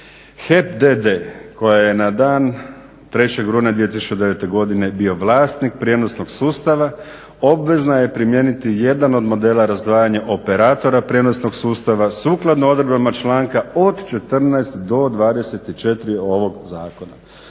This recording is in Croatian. HEP d.d. koja je na dan 3. rujna 2009. godine bio vlasnik prijenosnog sustava obvezna je primijeniti jedan od modela razdvajanja operatora prijenosnog sustava sukladno odredbama članka od 14. do 24. ovog zakona.